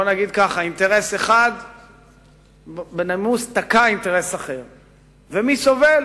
אינטרס אחד תקע אינטרס אחר, ומי סובל?